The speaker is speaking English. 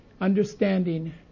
understanding